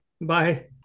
Bye